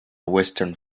western